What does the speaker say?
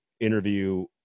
interview